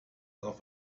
auf